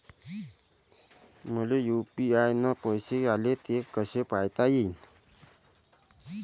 मले यू.पी.आय न पैसे आले, ते कसे पायता येईन?